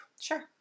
Sure